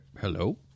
Hello